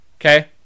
Okay